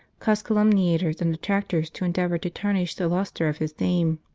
caused calumniators and detractors to endeavour to tarnish the lustre of his name.